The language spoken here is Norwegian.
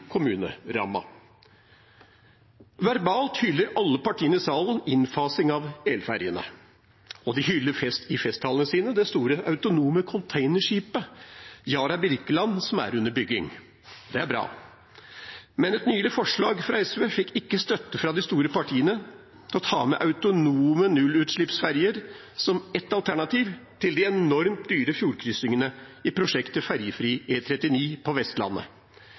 kommunerammen. Verbalt hyller alle partiene i salen innfasingen av elferjene, og i festtalene sine hyller de det store, autonome containerskipet Yara Birkeland, som er under bygging. Det er bra. Men i et nyere forslag fra SV fikk vi ikke støtte fra de store partiene til å ta med autonome nullutslippsferjer som et alternativ til de enormt dyre fjordkrysningene i prosjektet om ferjefri E39 på Vestlandet.